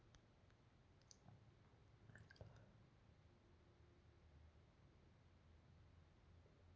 ಭಾರತದಾಗ ಕುಂಬಳಕಾಯಿಯನ್ನ ಬೆಣ್ಣೆ, ಸಕ್ಕರೆ ಮತ್ತ ಮಸಾಲೆ ಹಾಕಿ ಅಡುಗೆ ಮಾಡಿ ಕದ್ದು ಕಾ ಹಲ್ವ ಅನ್ನೋ ತಿನಸ್ಸನ್ನ ತಯಾರ್ ಮಾಡ್ತಾರ